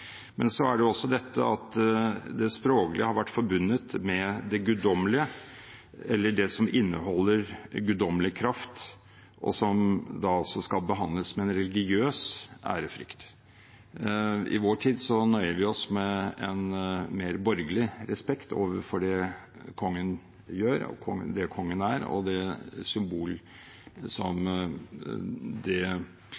Men så er det også dette at det språklige har vært forbundet med det guddommelige eller det som inneholder guddommelig kraft, og som da altså skal behandles med en religiøs ærefrykt. I vår tid nøyer vi oss med en mer borgerlig respekt overfor det kongen gjør, og det kongen er, og det symbolet som det konstitusjonelle monarkiet gir oss. Det er ikke mer enn dette som